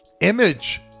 image